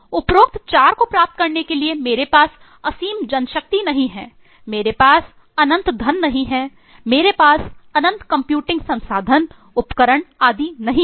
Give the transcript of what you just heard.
उपरोक्त 4 को प्राप्त करने के लिए मेरे पास असीम जनशक्ति नहीं है मेरे पास अनंत धन नहीं है मेरे पास अनंत कंप्यूटिंग संसाधन उपकरण आदि नहीं हैं